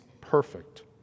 perfect